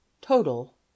total